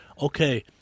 okay